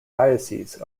diocese